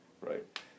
right